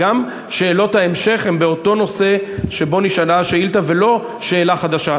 שאלות ההמשך הן באותו נושא שבו נשאלה השאילתה ולא שאלה חדשה.